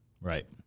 Right